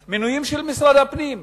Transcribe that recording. כן, מינויים של משרד הפנים.